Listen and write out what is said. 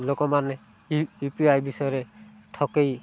ଲୋକମାନେ U P I ବିଷୟରେ ଠକେଇ